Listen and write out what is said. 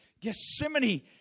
Gethsemane